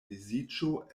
disiĝo